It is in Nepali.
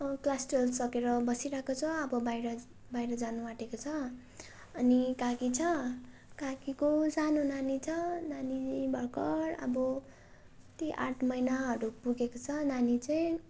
क्लास ट्वेल्भ बसिरहेको छ अब बाहिर बाहिर जानुआँटेको छ अनि काकी छ काकीको सानो नानी छ नानी भर्खर अब त्यही आठ महिनाहरू पुगेको छ नानी चाहिँ